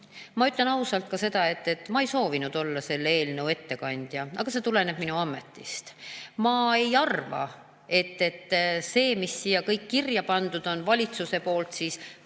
Ma ütlen ausalt ka seda, et ma ei soovinud olla selle eelnõu ettekandja, aga see tuleneb minu ametist. Ma ei arva, et see, mis siia kõik kirja pandud on, on valitsuse poolt kirja